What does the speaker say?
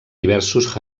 diversos